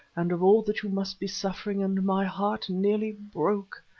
and of all that you must be suffering, and my heart nearly broke.